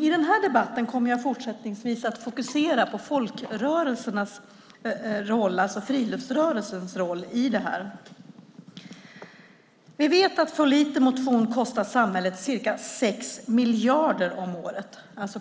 I debatten kommer jag fortsättningsvis att fokusera på folkrörelsernas, det vill säga friluftsrörelsens, roll i detta. Vi vet att för lite motion kostar samhället ca 6 miljarder om året.